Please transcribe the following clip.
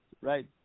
right